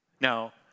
now